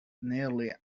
nearly